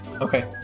okay